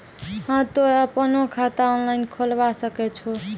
हाँ तोय आपनो खाता ऑनलाइन खोलावे सकै छौ?